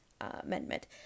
Amendment